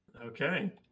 Okay